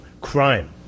crime